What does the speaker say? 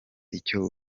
icyo